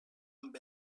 amb